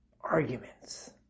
arguments